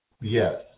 yes